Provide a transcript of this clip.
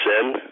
Sin